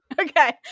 Okay